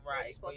Right